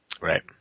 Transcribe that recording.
Right